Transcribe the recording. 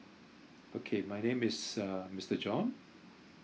okay my name is uh mister john